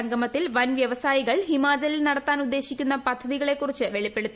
സംഗമത്തിൽ വൻ വ്യവസായികൾ ഹിമാചലിൽ നടത്താൻ ഉദ്ദേശിക്കുന്ന പദ്ധതികളെ കുറിച്ച് വെളിപ്പെടുത്തി